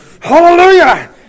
Hallelujah